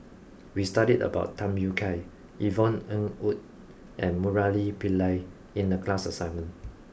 we studied about Tham Yui Kai Yvonne Ng Uhde and Murali Pillai in the class assignment